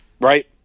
Right